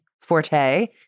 forte